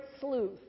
sleuth